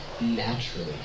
naturally